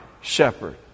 shepherd